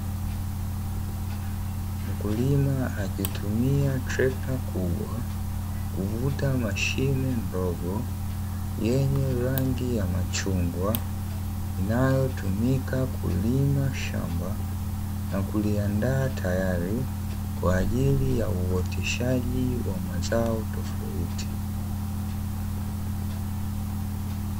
Mkulima akitumia trekta kubwa kuvuta mashine ndogo yenye rangi ya machungwa, inayotumika kulima shamba na kuliandaa tayali kwaajili ya uoteshaji wa mazao tofauti.